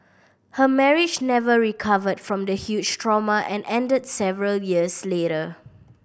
her marriage never recovered from the huge trauma and ended several years later